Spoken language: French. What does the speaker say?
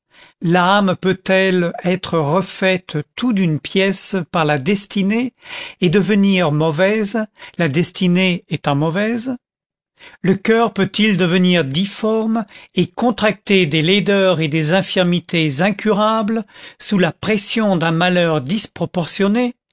l'âme peut-elle être refaite tout d'une pièce par la destinée et devenir mauvaise la destinée étant mauvaise le coeur peut-il devenir difforme et contracter des laideurs et des infirmités incurables sous la pression d'un malheur disproportionné